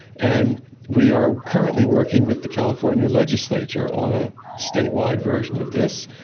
and we are currently working with the california legislature on a state-wide version of this,